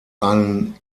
einen